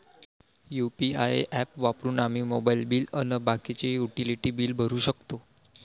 UPI app वापरून आम्ही mobile bill अन बाकीचे युटिलिटी बिल भरू शकतो